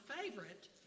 favorite